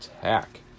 attack